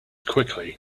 quickly